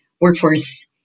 workforce